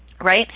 right